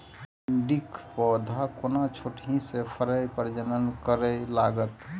भिंडीक पौधा कोना छोटहि सँ फरय प्रजनन करै लागत?